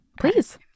Please